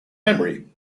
memory